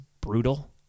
brutal